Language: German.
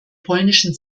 polnischen